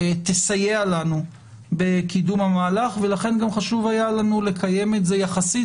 תסייע לנו בקידום המהלך ולכן גם חשוב היה לנו לקיים את זה יחסית